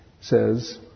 says